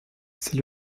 c’est